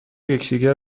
یکدیگر